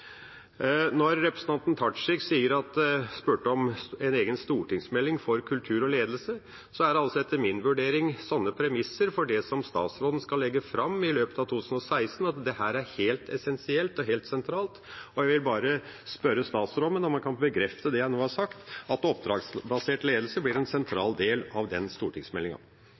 Når representanten Tajik spurte om en egen stortingsmelding for kultur og ledelse, så er det, etter min vurdering, sånne premisser for det som statsråden skal legge fram i løpet av 2016, at dette er helt essensielt og helt sentralt. Og jeg vil bare spørre statsråden om han kan bekrefte det jeg nå har sagt, at oppdragsbasert ledelse blir en